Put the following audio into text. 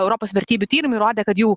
europos vertybių tyrimai rodė kad jau